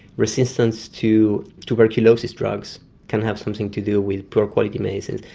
resistance to tuberculosis drugs can have something to do with poor quality medicines.